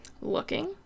looking